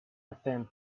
atteint